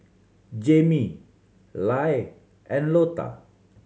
Jammie Lyle and Lotta